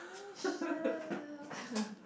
um shut up